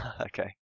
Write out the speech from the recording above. Okay